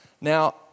Now